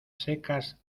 secas